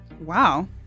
wow